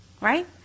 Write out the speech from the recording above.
right